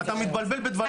אתה מתבלבל בדברים.